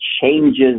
changes